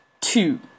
two